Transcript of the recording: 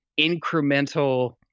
incremental